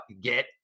Get